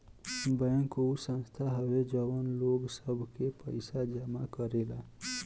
bank उ संस्था हवे जवन लोग सब के पइसा जमा करेला